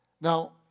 Now